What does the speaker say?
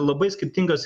labai skirtingas